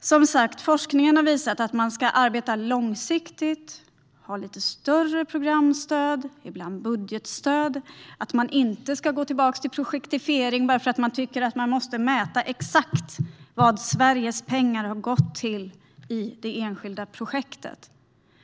såg på det. Forskning har som sagt visat att man ska arbeta långsiktigt, att man ska ha lite större programstöd och ibland budgetstöd och att man inte ska gå tillbaka till projektifiering bara för att man tycker att man måste mäta exakt vad Sveriges pengar har gått till i det enskilda projektet.